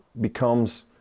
becomes